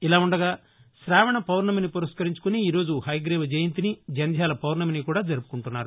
ఇలాఉండగా శావణ పౌర్ణమిని పురస్కరించుకుని ఈ రోజు హయగ్రీవ జయంతిని జంధ్యాల పౌర్ణమిని కూడా జరుపుకుంటున్నారు